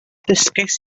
dysgais